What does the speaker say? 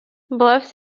bluffs